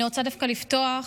אני רוצה דווקא לפתוח